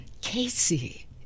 Casey